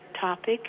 topic